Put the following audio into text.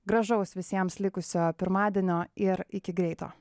gražaus visiems likusio pirmadienio ir iki greito